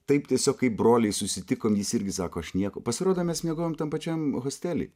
taip tiesiog kaip broliai susitikom jis irgi sako aš nieko pasirodo mes miegojom tam pačiam hostely